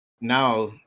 now